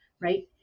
right